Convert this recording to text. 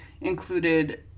included